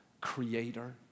creator